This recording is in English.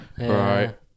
right